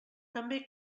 també